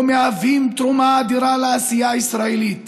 ומהווים תרומה אדירה לעשייה הישראלית